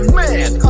man